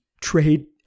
trade